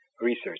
research